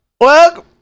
Welcome